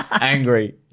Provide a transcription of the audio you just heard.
angry